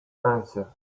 answer